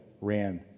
ran